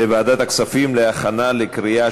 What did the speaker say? לוועדת הכספים נתקבלה.